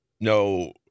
no